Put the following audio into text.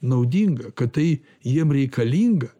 naudinga kad tai jiem reikalinga